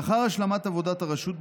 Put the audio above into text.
לאחר השלמת עבודת הרשות,